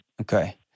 Okay